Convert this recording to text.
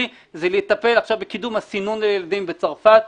זה לטפל בקידום הסינון לילדים בצרפת.